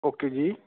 okay ਜੀ